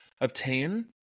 obtain